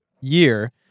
year